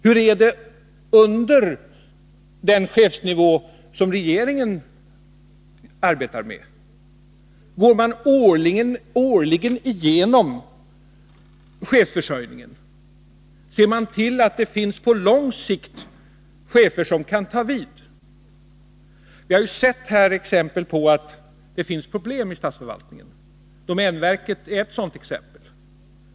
Hur är det under den chefsnivå som regeringen arbetar med? Går man årligen igenom chefsförsörjningen? Ser man till att det finns på lång sikt chefer som kan ta vid? Vi har ju sett exempel på att det finns problem i statsförvaltningen. Domänverket är ett sådant exempel.